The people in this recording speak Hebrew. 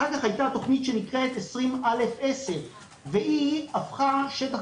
אחר כך הייתה תוכנית שנקראת 20א10 והיא הפכה שטח